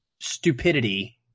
stupidity